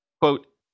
quote